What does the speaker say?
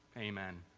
amen.